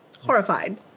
horrified